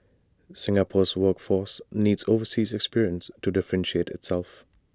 Singapore's workforce needs overseas experience to differentiate itself